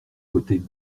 côtés